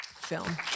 film